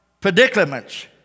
predicaments